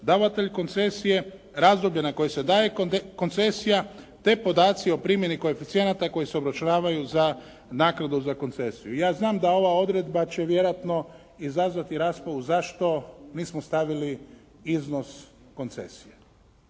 davatelj koncesije, razdoblje na koje se daje koncesija, te podaci o primjeni koeficijenata koji se obračunavaju za naknadu za koncesiju. Ja znam da ova odredba će vjerojatno izazvati raspravu zašto nismo stavili iznos koncesije.